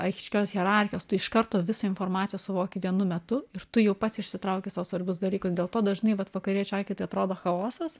aiškios hierarchijos tu iš karto visą informaciją suvoki vienu metu ir tu jau pats išsitrauki sau svarbius dalykus dėl to dažnai vat vakariečio akiai tai atrodo chaosas